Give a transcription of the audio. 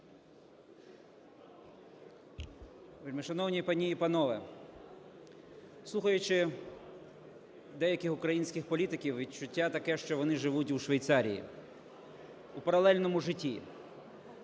Вельмишановні пані і панове, слухаючи деяких українських політиків, відчуття таке, що вони живуть у Швейцарії, у паралельному житті.